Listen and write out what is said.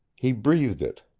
he breathed it.